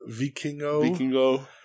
Vikingo